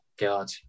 God